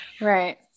right